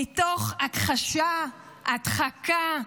מתוך הכחשה, הדחקה,